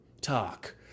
talk